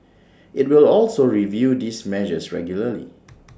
IT will also review these measures regularly